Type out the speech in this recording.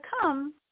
come